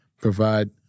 provide